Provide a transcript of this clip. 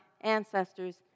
ancestors